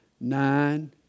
Nine